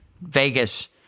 Vegas